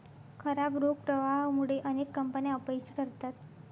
खराब रोख प्रवाहामुळे अनेक कंपन्या अपयशी ठरतात